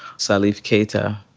salif keita.